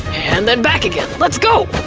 and then back again, let's go!